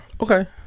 Okay